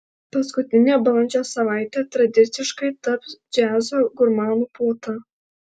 paskutinė balandžio savaitė tradiciškai taps džiazo gurmanų puota